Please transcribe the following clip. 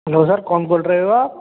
hello sir कौन बोल रहे हो आप